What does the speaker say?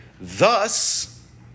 Thus